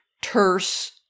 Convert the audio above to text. terse